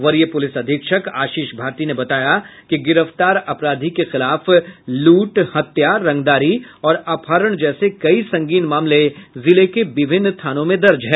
वरीय पुलिस अधीक्षक आशीष भारती ने बताया कि गिरफ्तारी अपराधी के खिलाफ लूट हत्या रंगदारी और अपहरण जैसे कई संगीन मामले जिले के विभिन्न थानों में दर्ज हैं